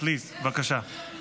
בבקשה.